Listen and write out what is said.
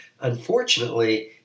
Unfortunately